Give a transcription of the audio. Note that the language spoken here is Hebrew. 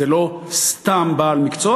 זה לא סתם בעל מקצוע,